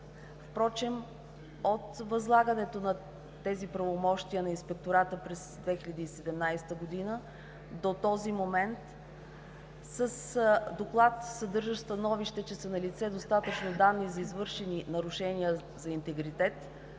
Впрочем от възлагането на тези правомощия на Инспектората през 2017 г. до този момент с доклад, съдържащ становище, че са налице достатъчно данни за извършени нарушения за интегритет,